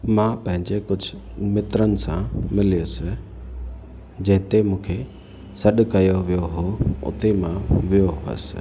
मां पंहिंजे कुझु मित्रनि सां मिलियुसि जंहिं ते मूंखे सॾु कयो वियो हुओ उते मां वियो हुअसि